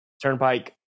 Turnpike